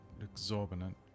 exorbitant